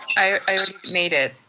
i made it.